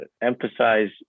emphasize